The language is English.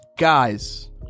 Guys